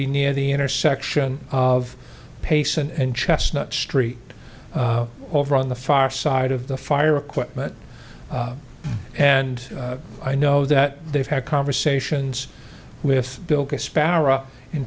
be near the intersection of pace and chestnut street over on the far side of the fire equipment and i know that they've had conversations with